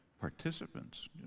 participants